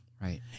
Right